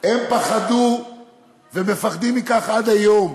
הם פחדו ומפחדים מכך עד היום.